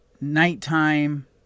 nighttime